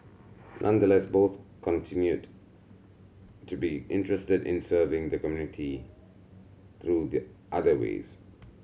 nonetheless both continued to be interested in serving the community through the other ways